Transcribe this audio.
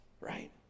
right